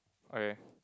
okay